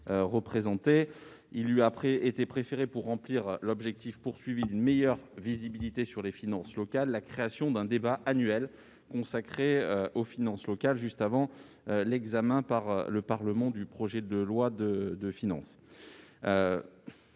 Il lui a été préféré, pour atteindre l'objectif visé d'une meilleure visibilité sur les finances locales, la création d'un débat annuel consacré aux finances locales juste avant l'examen par le Parlement du projet de loi de finances.